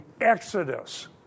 Exodus